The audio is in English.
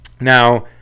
Now